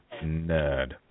nerd